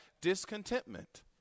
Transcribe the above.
discontentment